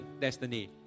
destiny